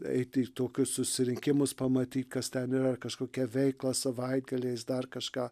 eit į tokius susirinkimus pamatyt kas ten yra ar kažkokią veiklą savaitgaliais dar kažką